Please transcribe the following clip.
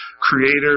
creator